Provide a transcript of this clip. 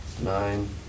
Nine